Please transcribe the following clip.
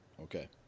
okay